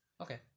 Okay